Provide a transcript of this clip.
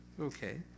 Okay